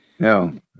No